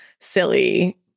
silly